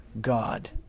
God